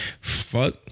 Fuck